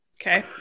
Okay